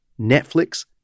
Netflix